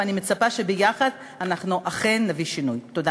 אנחנו מתחילים עם הבעיה